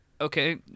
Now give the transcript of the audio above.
okay